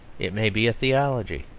it may be a theology,